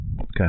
Okay